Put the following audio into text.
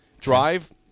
Drive